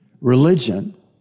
Religion